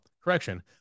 correction